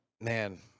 Man